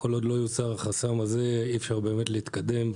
כל עוד לא יוסר החסם הזה אי אפשר באמת להתקדם.